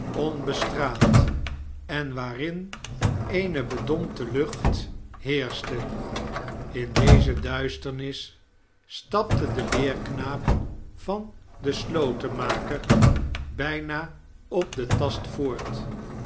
en waarin eene bedompte lucht barnaby rudge heerschte in deze duisternis stapte de leerknaap van den slotenmaker bijna op den tast voort